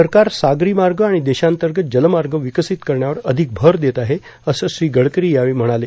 सरकार सागरी मार्ग आणि देशांतर्गत जलमार्ग विकसित करण्यावर अधिक भर देत आहे असं श्री गडकरी यावेळी म्हणाले